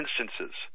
instances